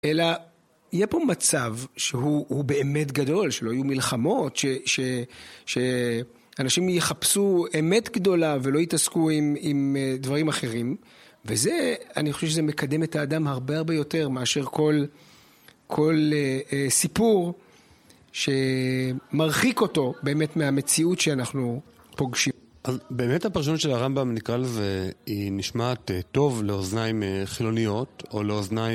אלא יהיה פה מצב שהוא באמת גדול, שלא יהיו מלחמות, שאנשים יחפשו אמת גדולה ולא יתעסקו עם דברים אחרים. וזה, אני חושב שזה מקדם את האדם הרבה הרבה יותר מאשר כל סיפור שמרחיק אותו באמת מהמציאות שאנחנו פוגשים. אז באמת הפרשנות של הרמב״ם, נקרא לזה, היא נשמעת טוב לאוזניים חילוניות, או לאוזניים.